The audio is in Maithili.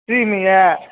सीम अइ